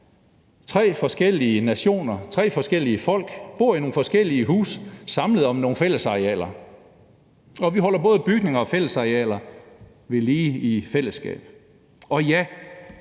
tre forskellige folk bor i nogle forskellige huse samlet om nogle fællesarealer. Vi holder både bygninger og fællesarealer ved lige i fællesskab, og ja,